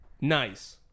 nice